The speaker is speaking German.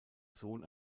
sohn